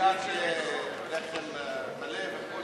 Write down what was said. הגעת ללחם מלא וכו'